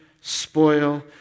spoil